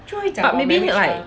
but maybe 会 like